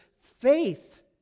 faith